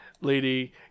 Lady